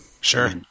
Sure